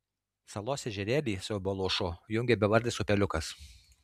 salos ežerėlį su baluošu jungia bevardis upeliukas